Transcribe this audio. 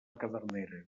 cadernera